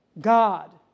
God